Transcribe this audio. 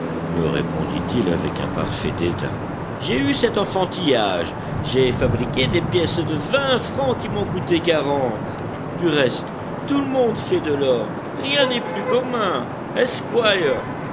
me répondit-il avec un parfait dédain j'ai eu cet enfantillage j'ai fabriqué des pièces de vingt francs qui m'en coûtaient quarante du reste tout le monde fait de l'or rien n'est plus commun esq